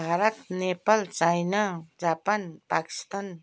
Bharat Nepal China Japan Pakistan